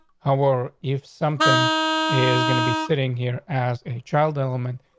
how are if something is going to be sitting here as a child element?